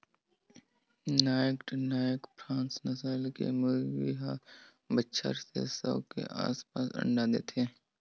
naked neck cross नसल के मुरगी हर बच्छर में सौ के आसपास अंडा देथे